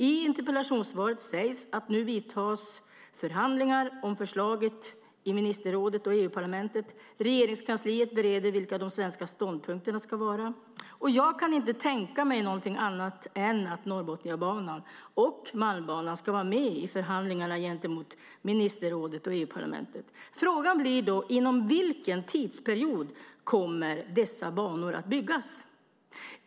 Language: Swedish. I interpellationssvaret sägs att det nu vidtas förhandlingar om förslaget i ministerrådet och EU-parlamentet. Regeringskansliet bereder vilka de svenska ståndpunkterna ska vara. Och jag kan inte tänka mig någonting annat än att Norrbotniabanan och Malmbanan ska vara med i förhandlingarna gentemot ministerrådet och EU-parlamentet. Frågan blir då: Inom vilken tidsperiod kommer dessa banor att byggas?